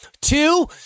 Two